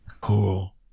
Cool